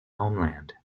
homeland